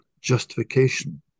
justification